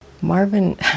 Marvin